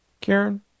Karen